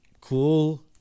cool